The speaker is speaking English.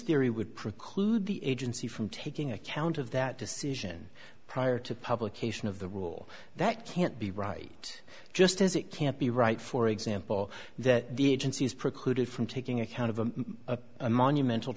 theory would preclude the agency from taking account of that decision prior to publication of the rule that can't be right just as it can't be right for example that the agency is precluded from taking account of a monumental